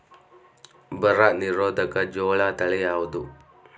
ಬರ ನಿರೋಧಕ ಜೋಳ ತಳಿ ಯಾವುದು?